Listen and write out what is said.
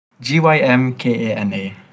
G-Y-M-K-A-N-A